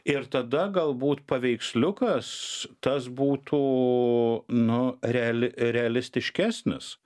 ir tada galbūt paveiksliukas tas būtų nu reali realistiškesnis